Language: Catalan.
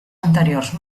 anteriors